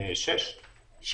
שש.